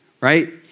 right